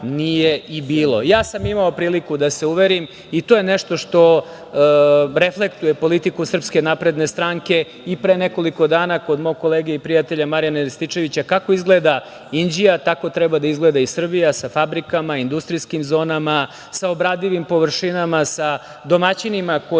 sam imao priliku da se uverim, i to je nešto što reflektuje politiku SNS, i pre nekoliko dana kod mog kolege i prijatelja Marijana Rističevića, kako izgleda Inđija, tako treba da izgleda i Srbija, sa fabrikama, industrijskim zonama, sa obradivim površinama, sa domaćinima koji